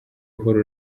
uhora